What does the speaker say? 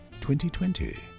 2020